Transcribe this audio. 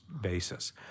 basis